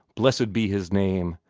blessed be his name!